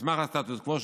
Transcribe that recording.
מסמך הסטטוס קוו,